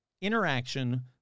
interaction